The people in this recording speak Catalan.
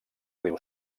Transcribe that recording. riu